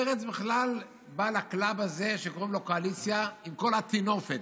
מרצ בכלל באה לקלאב הזה שקוראים לו קואליציה עם כל הטינופת,